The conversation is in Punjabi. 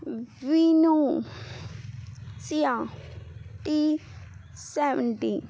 ਵੀਨੋ ਸੀਆ ਟੀ ਸੈਵਨਟੀ